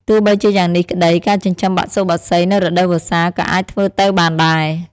ទោះបីជាយ៉ាងនេះក្តី ការចិញ្ចឹមបសុបក្សីនៅរដូវវស្សាក៏អាចធ្វើទៅបានដែរ។